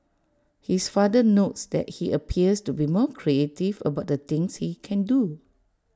his father notes that he appears to be more creative about the things he can do